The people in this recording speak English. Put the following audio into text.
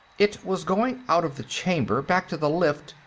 it was going out of the chamber, back to the lift,